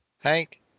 Hank